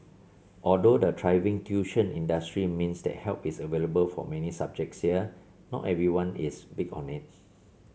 although the thriving tuition industry means that help is available for many subjects here not everyone is big on it